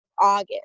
august